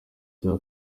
cya